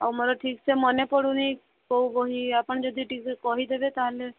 ଆଉ ମୋର ଠିକ୍ସେ ମନେ ପଡ଼ୁନି କେଉଁ ବହି ଆପଣ ଯଦି ଟିକେ କହିଦେବେ ତା'ହେଲେ